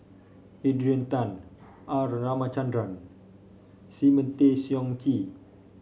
Adrian Tan R Ramachandran Simon Tay Seong Chee